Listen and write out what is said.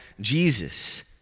Jesus